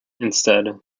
instead